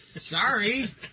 Sorry